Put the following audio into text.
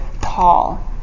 Paul